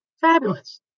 fabulous